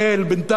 בינתיים,